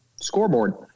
scoreboard